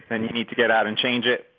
then you need to get out and change it.